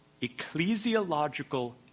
Ecclesiological